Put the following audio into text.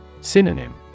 Synonym